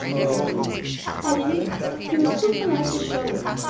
said julia at any rate he was too polite to show it,